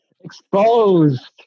Exposed